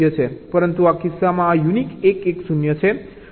પરંતુ આ કિસ્સામાં આ યુનીક 1 1 0 છે